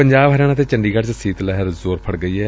ਪੰਜਾਬ ਹਰਿਆਣਾ ਤੇ ਚੰਡੀਗੜ੍ਹ ਚ ਸੀਤ ਲਹਿਰ ਜ਼ੋਰ ਫੜ ਗਈ ਏ